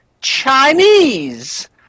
Chinese